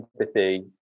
empathy